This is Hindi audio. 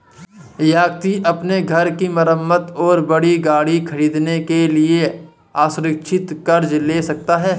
व्यक्ति अपने घर की मरम्मत और बड़ी गाड़ी खरीदने के लिए असुरक्षित कर्ज ले सकता है